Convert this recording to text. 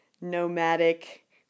nomadic